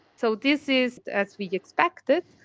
so this is as we expected.